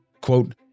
quote